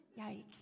Yikes